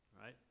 right